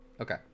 Okay